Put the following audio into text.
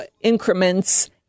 increments